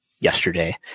yesterday